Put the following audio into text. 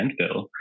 landfill